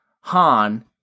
Han